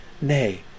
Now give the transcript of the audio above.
Nay